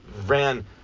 ran